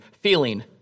feeling